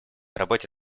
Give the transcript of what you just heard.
работе